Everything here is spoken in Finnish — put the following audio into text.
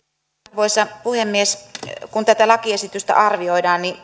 arvoisa puhemies kun tätä lakiesitystä arvioidaan niin